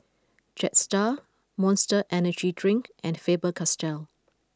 Jetstar Monster Energy Drink and Faber Castell